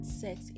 sex